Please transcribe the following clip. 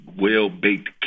well-baked